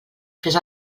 fes